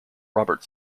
robert